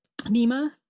Nima